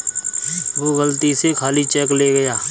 वो गलती से खाली चेक ले गया